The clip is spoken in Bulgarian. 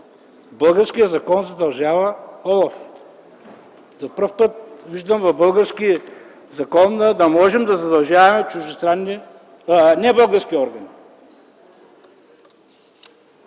Българският закон задължава ОЛАФ?! За първи път виждам в български закон да можем да задължаваме небългарски органи.